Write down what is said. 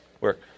work